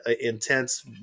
intense